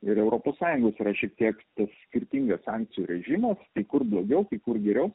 ir europos sąjungos yra šiek tiek tas skirtingas sankcijų režimas kai kur blogiau kai kur geriau